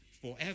forever